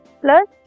plus